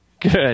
Good